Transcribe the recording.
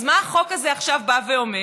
אז מה החוק הזה עכשיו בא ואומר?